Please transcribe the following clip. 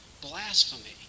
blasphemy